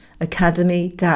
academy